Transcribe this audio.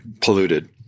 polluted